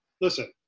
listen